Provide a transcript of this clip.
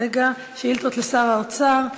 מסקנות ועדת העבודה,